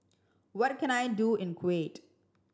what can I do in Kuwait